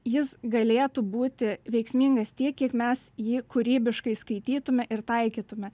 jis galėtų būti veiksmingas tiek kiek mes jį kūrybiškai skaitytume ir taikytume